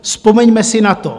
Vzpomeňme si na to.